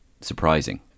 surprising